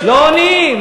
לא עונים,